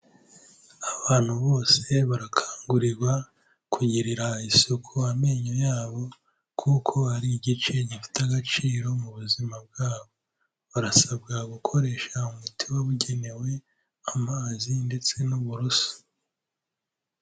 Abantu bose barakangurirwa kungirira isuku amenyo yabo kuko ari igice gifite agaciro mu buzima bwabo, barasabwa gukoresha umuti wabugenewe, amazi ndetse n'uburuso.